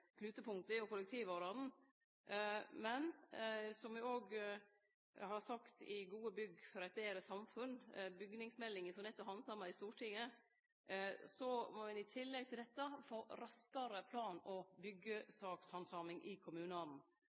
Men, som der òg er sagt i Gode bygg for eit betre samfunn – bygningsmeldinga som nett er handsama i Stortinget – må ein i tillegg få raskare plan- og byggjesakshandsaming i kommunane.